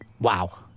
Wow